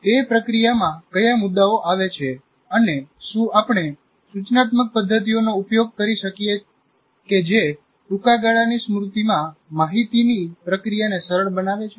તે પ્રક્રિયામાં કયા મુદ્દાઓ આવે છે અને શું આપણે સૂચનાત્મક પદ્ધતિઓનો ઉપયોગ કરી શકીએ કે જે ટૂંકા ગાળાની સ્મૃતિમાં માહિતીની પ્રક્રિયાને સરળ બનાવે છે